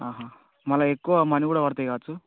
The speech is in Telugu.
మళ్ళా ఎక్కువ మనీ కూడా పడతాయి కావచ్చు